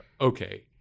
Okay